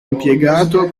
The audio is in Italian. impiegato